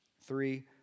Three